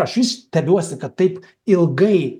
aš vis stebiuosi kad taip ilgai